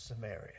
Samaria